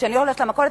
כשאני הולכת למכולת,